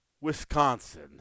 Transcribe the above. Wisconsin